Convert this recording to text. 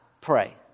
pray